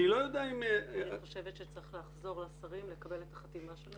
אני חושבת שצריך לחזור לשרים ולקבל את החתימה שלהם.